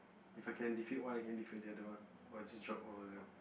If I can defeat one I can defeat the other one I just drop all of them